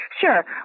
Sure